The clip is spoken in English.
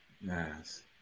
Yes